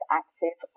active